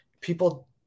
people